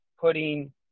putting